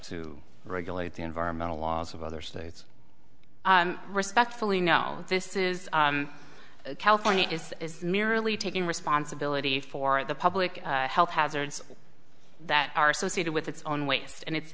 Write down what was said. to regulate the environmental laws of other states respectfully no this is california is merely taking responsibility for the public health hazards that are associated with its own waste and it